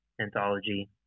anthology